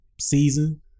season